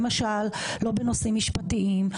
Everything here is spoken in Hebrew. למשל לא בנושאים משפטיים,